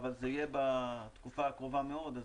אבל זה יהיה בתקופה הקרובה מאוד.